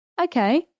Okay